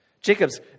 Jacob's